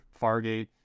Fargate